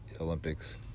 Olympics